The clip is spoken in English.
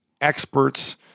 experts